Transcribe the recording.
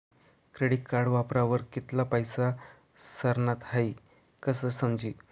credit card वापरावर कित्ला पैसा सरनात हाई कशं समजी